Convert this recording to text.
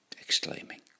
Exclaiming